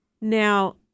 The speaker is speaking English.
Now